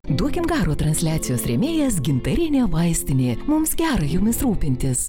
duokim garo transliacijos rėmėjas gintarinė vaistinė mums gerai jumis rūpintis